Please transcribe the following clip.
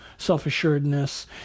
Self-assuredness